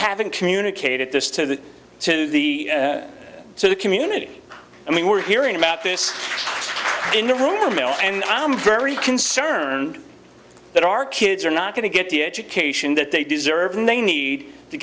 haven't communicated this to the to the so the community i mean we're hearing about this in the room and i'm very concerned that our kids are not going to get the education that they deserve and they need to